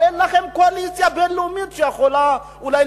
אבל אין לכם קואליציה בין-לאומית שיכולה אולי